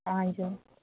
हजुर